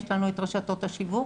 יש לנו את רשתות השיווק,